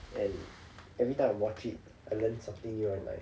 and every time I watch it I learned something new and like